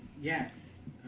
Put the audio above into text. Yes